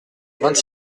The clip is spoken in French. vingt